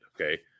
okay